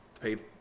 paid